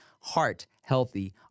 heart-healthy